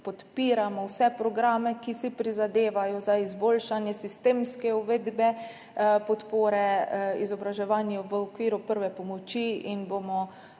podpiram vse programe, ki si prizadevajo za izboljšanje sistemske uvedbe podpore izobraževanju v okviru prve pomoči. Želimo